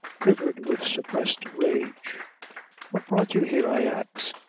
quivered with suppressed rage what brought you here, i ax?